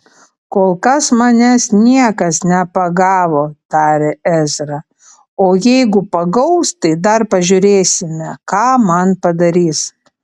kol kas manęs niekas nepagavo tarė ezra o jeigu pagaus tai dar pažiūrėsime ką man padarys